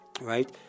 right